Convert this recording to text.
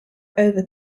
over